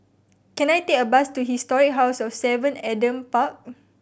can I take a bus to Historic House of Seven Adam Park